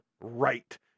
right